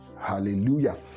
Hallelujah